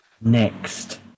Next